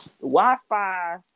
Wi-Fi